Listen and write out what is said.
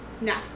No